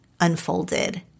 unfolded